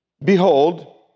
Behold